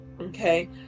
okay